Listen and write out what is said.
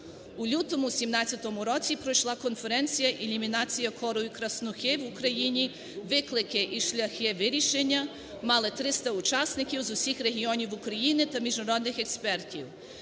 У лютому 2017 році пройшла конференція "Елімінація кору і краснухи в Україні: виклики і шляхи вирішення", мали 300 учасників з усіх регіонів України та міжнародних експертів.